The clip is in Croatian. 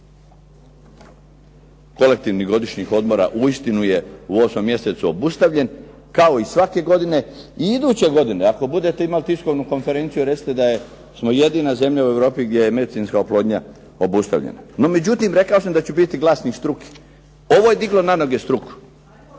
kolektivnih godišnjih odmora uistinu je u 8. mjesecu obustavljen kao i svake godine. I iduće godine ako budete imali tiskovnu konferenciju, recite da smo jedina zemlja u Europi gdje je medicinska oplodnja obustavljena. No međutim, rekao da sam da ću biti glasnik struke. Ovo je diglo na noge struku.